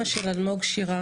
אני אימא של אלמוג שירה.